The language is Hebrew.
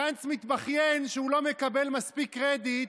גנץ מתבכיין שהוא לא מקבל מספיק קרדיט